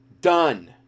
done